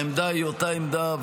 העמדה היא אותה עמדה,